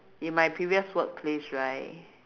in my previous workplace right